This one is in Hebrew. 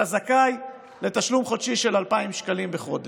אתה זכאי לתשלום חודשי של 2,000 שקלים בחודש.